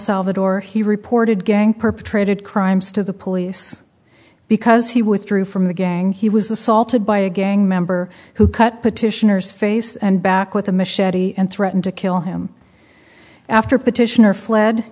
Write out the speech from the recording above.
salvador he reported gang perpetrated crimes to the police because he withdrew from the gang he was assaulted by a gang member who cut petitioner's face and back with a machete and threatened to kill him after petitioner fled